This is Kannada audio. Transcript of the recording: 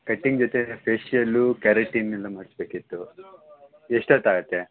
ಕಟ್ಟಿಂಗ್ ಜೊತೆ ಫೇಶ್ಯಲ್ಲೂ ಕ್ಯಾರಟೀನ್ ಎಲ್ಲ ಮಾಡ್ಸ್ಬೇಕಿತ್ತು ಎಷ್ಟು ಹೊತ್ತು ಆಗತ್ತೆ